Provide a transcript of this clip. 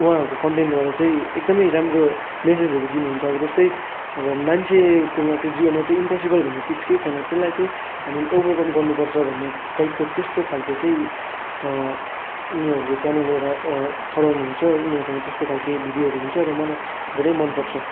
उहाँहरूको कन्टेन्टद्वारा चाहिँ एकदमै राम्रो मेसेजहरू दिनुहुन्छ अब जस्तै अब मान्छेको जिवनमा चाहिँ इम्पोसिबल भन्ने चिज केही छैन त्यसलाई चाहिँ हामी ओभरकम गर्नु पर्छ भन्ने टाइपको त्यस्तो खालको चाहिँ उनीहरूले च्यानल एउटा चलाउनुहुन्छ उनीहरूकोमा त्यस्तो खालको भिडियोहरू हुन्छ र मलाई धेरै मन पर्छ